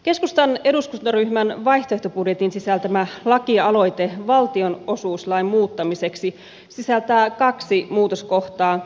keskustan eduskuntaryhmän vaihtoehtobudjetin sisältämä lakialoite valtionosuuslain muuttamiseksi sisältää kaksi muutoskohtaa